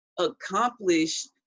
accomplished